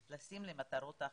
לשים את הכסף הזה למטרות אחרות.